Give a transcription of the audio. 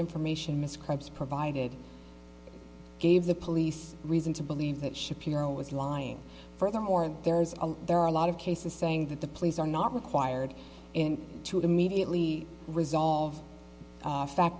information miss cops provided gave the police reason to believe that shapiro was lying furthermore there's a there are a lot of cases saying that the police are not required to immediately resolve fact